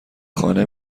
خانه